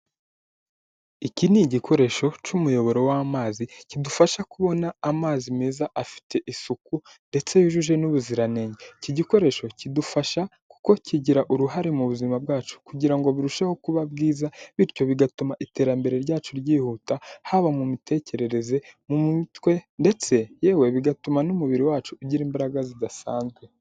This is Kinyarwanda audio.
Iki ni igikoresho cy'umuyoboro w'amazi kidufasha kubona amazi meza afite isuku ndetse yujuje n'ubuziranenge, iki gikoresho kidufasha kuko kigira uruhare mu buzima bwacu kugira ngo birusheho kuba bwiza bityo bigatuma iterambere ryacu ryihuta haba mu mitekerereze, mu mitwe ndetse yewe bigatuma n'umubiri wacu ugira imbaraga zidasanzwe.